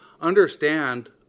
understand